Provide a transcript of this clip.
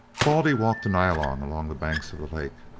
baldy walked to nyalong along the banks of the lake.